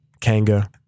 Kanga